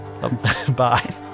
Bye